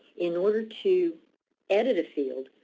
in order to edit a field,